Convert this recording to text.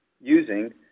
using